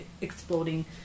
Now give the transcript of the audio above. exploding